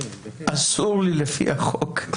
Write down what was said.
אסור לי לפי החוק.